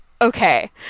okay